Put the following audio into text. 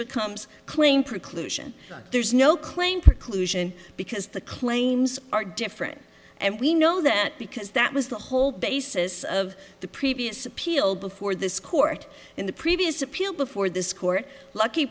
becomes claim preclusion there's no claim preclusion because the claims are different and we know that because that was the whole basis of the previous appeal before this court in the previous appeal before this court lucky